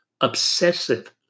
obsessive